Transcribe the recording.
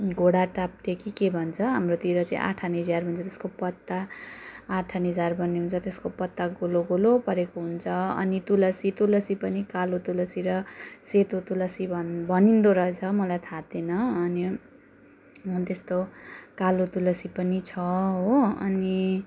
घोडा टाप्रे कि के भन्छ हाम्रोतिर चाहिँ आठाने झार भन्छ त्यसको पत्ता आठाने झार भन्ने हुन्छ त्यसको पत्ता गोलो गोलो परेको हुन्छ अनि तुलसी तुलसी पनि कालो तुलसी र सेतो तुलसी भन् भनिँदो रहेछ मलाई थाहा थिएन अनि त्यस्तो कालो तुलसी पनि छ हो अनि